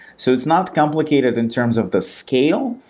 so it's not complicated in terms of the scale,